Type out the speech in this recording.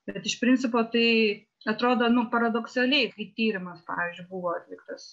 bet iš principo tai atrodo nu paradoksaliai kai tyrimas pavyzdžiui buvo atliktas